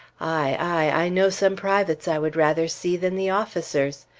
i know some privates i would rather see than the officers!